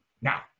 Now